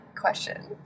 question